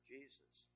Jesus